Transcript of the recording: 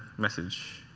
message.